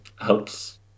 helps